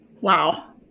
Wow